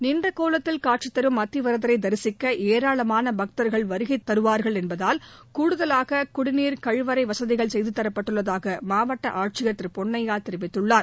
நின்ற கோலத்தில் காட்சி தரும் அத்தி வரதரை தரிசிக்க ஏராளமான பக்தர்கள் வருகை தருவார்கள் என்பதால் கூடுதலாக குடிநீர் கழிவறை வசதிகள் செய்து தரப்பட்டுள்ளதாக மாவட்ட ஆட்சியர் திரு பொன்னையா தெரிவித்துள்ளார்